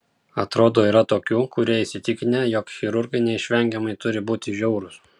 atrodo yra tokių kurie įsitikinę jog chirurgai neišvengiamai turi būti žiaurūs